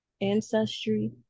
ancestry